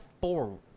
four